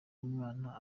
umwana